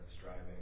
striving